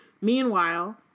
Meanwhile